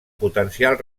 potencial